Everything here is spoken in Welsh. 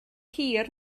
hir